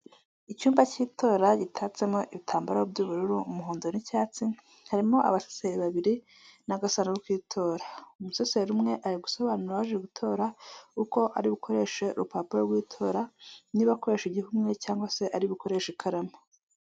Icyumba cy'itora gitatsemo ibitambaro by'ubururu, umuhondo n'icyatsi, harimo abaseseri babiri n'agasanduku k'itora, umuseseri umwe ari gusobanura uwaje gutora uko ari bukoreshe urupapuro rw'itora niba akoresha igikumwe cyangwa se ari bukoreshe ikaramu.